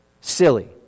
Silly